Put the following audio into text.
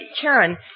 Karen